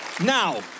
Now